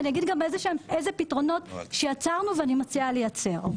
אני גם איזה פתרונות יצרנו ואני מציעה לייצר.